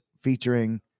featuring